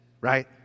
right